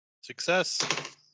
Success